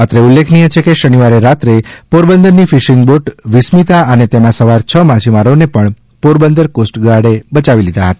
અત્રે ઉલ્લેખનીય છે કે શનિવારે રાત્રે પોરબંદરની ફિશિંગ બોટ વિસ્મિતા અને તેમાં સવાર છ માછીમારોને પણ પોરબંદર કોસ્ટગાર્ડ બયાવી લીધા હતા